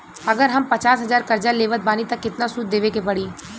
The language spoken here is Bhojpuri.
अगर हम पचास हज़ार कर्जा लेवत बानी त केतना सूद देवे के पड़ी?